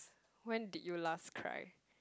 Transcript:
when did you last cry